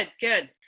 good